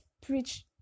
preach